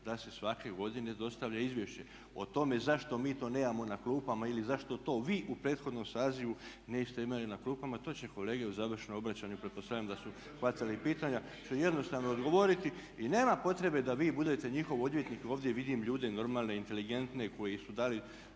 da se svake godine dostavlja izvješće. O tome zašto mi to nemamo na klupama ili zašto to vi u prethodnom sazivu niste imali na klupama to će kolege u završnom obraćanju, pretpostavljam da su hvatali pitanja ću jednostavno odgovoriti i nema potrebe da vi budete njihov odvjetnik ovdje i vidim ljude normalne, inteligentne koji su dali